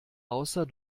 außer